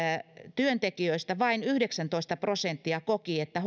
työntekijöistä vain yhdeksäntoista prosenttia koki että